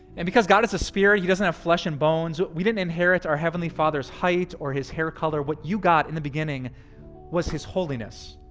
and because god is a spirit, he doesn't have flesh and bones, we didn't inherit our heavenly father's height or his hair color. what you got in the beginning was his holiness,